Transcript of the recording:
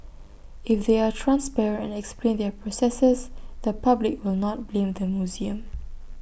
if they are transparent and explain their processes the public will not blame the museum